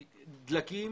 כי דלקים